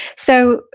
so,